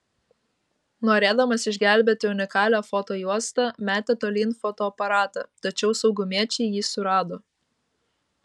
norėdamas išgelbėti unikalią fotojuostą metė tolyn fotoaparatą tačiau saugumiečiai jį surado